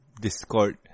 Discord